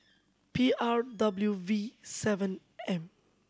P R W V seven M